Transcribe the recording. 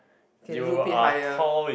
can loop it higher